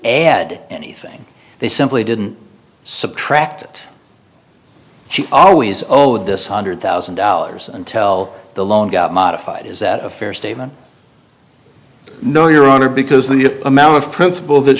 add anything they simply didn't subtract she always oh this hundred thousand dollars and tell the loan got modified is that a fair statement no your honor because the amount of principal that